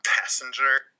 passenger